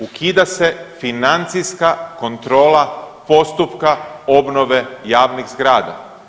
Ukida se financijska kontrola postupka obnove javnih zgrada.